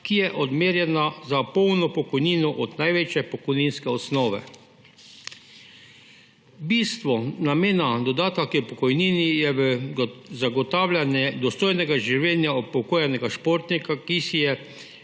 ki je odmerjena za polno pokojnino od največje pokojninske osnove. Bistvo namena dodatka k pokojnini je v zagotavljanju dostojnega življenja upokojenega športnika, ki si je